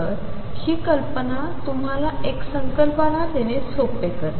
तर हि कल्पना तुम्हाला एक संकल्पना देणे सोपे करते